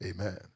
Amen